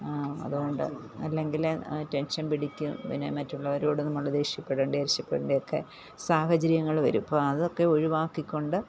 അതുകൊണ്ട് അല്ലങ്കില് ടെൻഷൻ പിടിക്കും പിന്നെ മറ്റുള്ളവരോട് നമ്മള് ദേഷ്യപ്പെടേണ്ടി അരിശപ്പെടണ്ടിയൊക്കെ സാഹചര്യങ്ങള് വരും ഇപ്പോള് അതൊക്കെ ഒഴിവാക്കി കൊണ്ട്